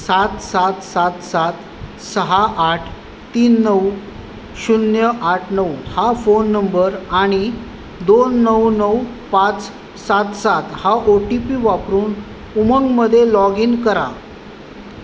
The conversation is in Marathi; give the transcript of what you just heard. सात सात सात सात सहा आठ तीन नऊ शून्य आठ नऊ हा फोन नंबर आणि दोन नऊ नऊ पाच सात सात हा ओ टी पी वापरून उमंगमध्ये लॉग इन करा